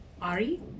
Ari